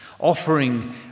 offering